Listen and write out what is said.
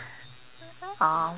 um